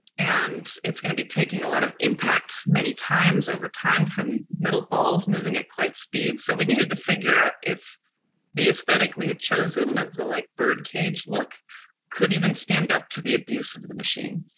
and. it's gonna be taking a lot of impact many times over time from metal balls moving at quite speed, so we needed to figure out if the aesthetic we had chosen of the, like, birdcage look could even stand up to the abuse of of the machine.